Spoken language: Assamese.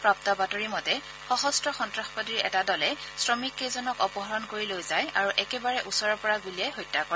প্ৰাপ্ত বাতৰি মতে সশস্ত্ৰ সন্ত্ৰাসবাদীৰ এটা দলে শ্ৰমিককেইজনক অপহৰণ কৰি লৈ যায় আৰু একেবাৰে ওচৰৰ পৰা গুলীয়াই হত্যা কৰে